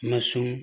ꯑꯃꯁꯨꯡ